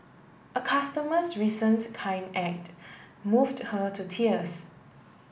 a customer's recent kind act moved her to tears